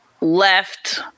left